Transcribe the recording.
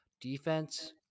Defense